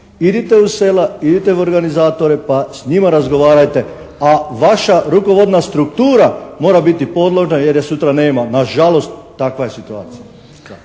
Idite u sela, idite u organizatore, pa s njima razgovarajte. A vaša rukovodna struktura mora biti podloga jer je sutra nema. Nažalost, takva je situacija.